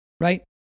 right